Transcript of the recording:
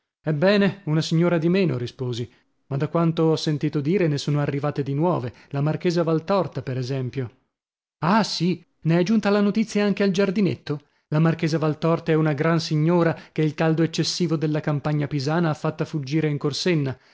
ebbene una signora di meno risposi ma da quanto ho sentito dire ne sono arrivate di nuove la marchesa valtorta per esempio ah sì ne è giunta la notizia anche al giardinetto la marchesa valtorta è una gran signora che il caldo eccessivo della campagna pisana ha fatta fuggire in corsenna